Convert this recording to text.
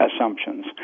assumptions